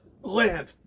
land